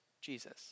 Jesus